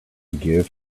give